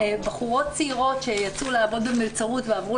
בחורות צעירות שיצאו לעבוד במלצרות ועברו